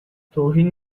توهین